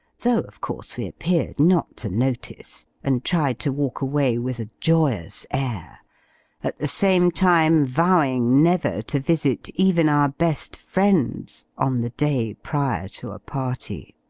though of course we appeared not to notice, and tried to walk away with a joyous air at the same time vowing never to visit, even our best friends, on the day prior to a party.